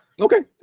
Okay